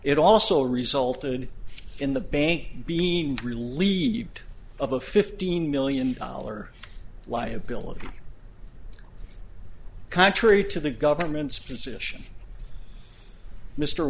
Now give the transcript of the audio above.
it also resulted in the bank being relieved of a fifteen million dollar liability contrary to the government's position mr